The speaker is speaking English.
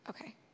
Okay